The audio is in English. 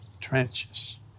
trenches